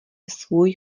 svůj